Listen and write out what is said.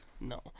No